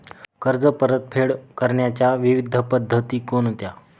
कर्ज परतफेड करण्याच्या विविध पद्धती कोणत्या?